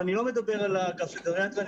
ואני לא מדבר על אגף הגריאטריה.